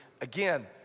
Again